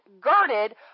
girded